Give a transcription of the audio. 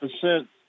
percent